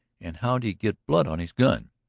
and how'd he get blood on his gun?